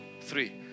three